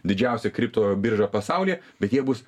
didžiausią kripto biržą pasaulyje bet jie bus